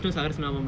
I don't know